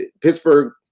Pittsburgh